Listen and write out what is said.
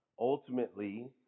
Ultimately